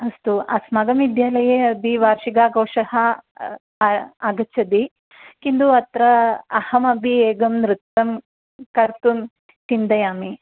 अस्तु अस्माकम् विद्यालये अपि वार्षिकाघोषः आगच्छति किन्तु अत्र अहमपि एकं नृत्यं कर्तुं चिन्तयामि